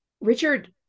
Richard